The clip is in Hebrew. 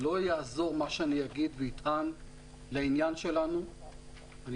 לא יעזור מה שאגיד ואטען לעניין שלנו אני